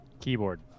Keyboard